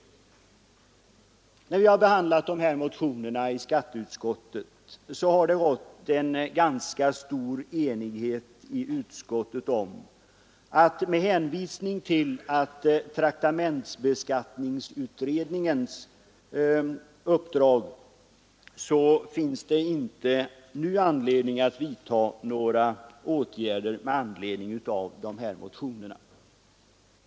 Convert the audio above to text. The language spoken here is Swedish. Vid behandlingen i skatteutskottet har det rått ganska stor enighet om att det med hänsyn till traktamentsbeskattningsutredningens uppdrag inte nu finns anledning att vidta några åtgärder med anledning av motionerna.